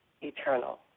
eternal